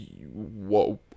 Whoa